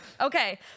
Okay